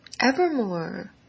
Evermore